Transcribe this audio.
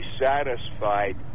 satisfied